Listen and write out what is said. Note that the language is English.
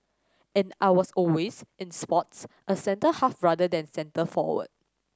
and I was always in sports a centre half rather than centre forward